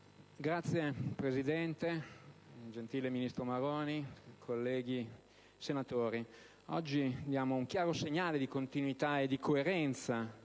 Signor Presidente, gentile ministro Maroni, colleghi senatori, oggi diamo un chiaro segnale di continuità e di coerenza,